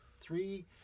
three